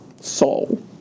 Saul